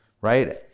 right